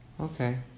Okay